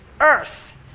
earth